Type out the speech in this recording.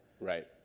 Right